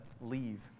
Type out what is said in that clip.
leave